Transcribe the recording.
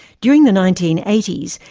during the nineteen eighty s,